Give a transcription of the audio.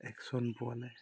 action পোৱা নাই